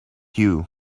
you